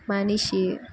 మనిషి